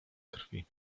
krwi